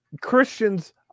Christians